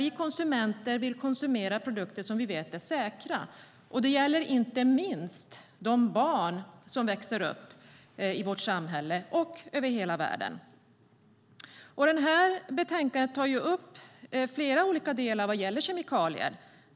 Vi konsumenter vill konsumera produkter som vi vet är säkra, inte minst för de barn som växer upp i vårt samhälle och över hela världen. Betänkandet tar upp flera olika delar när det gäller kemikalier.